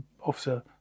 officer